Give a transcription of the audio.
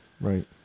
right